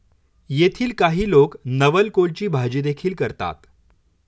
येथील काही लोक नवलकोलची भाजीदेखील करतात